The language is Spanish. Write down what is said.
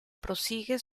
prosigue